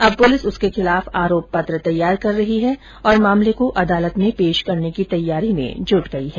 अब पुलिस उसके खिलाफ आरोप पत्र तैयार कर रही है और मामले को अदालत में पेश करने की तैयारी में जुट गई है